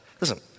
Listen